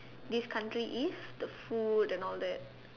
this country is the food and all that